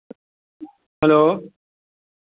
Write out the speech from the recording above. hello